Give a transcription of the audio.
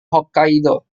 hokkaido